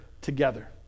together